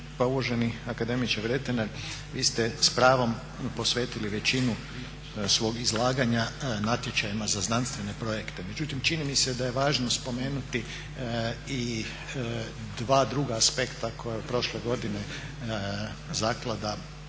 Pa uvaženi akademiče Vretenar, vi ste s pravom posvetili većinu svog izlaganja natječajima za znanstvene projekte, međutim čini mi se da je važno spomenuti i dva druga aspekta koja je prošle godine zaklada